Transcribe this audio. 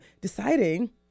deciding